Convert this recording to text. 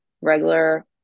regular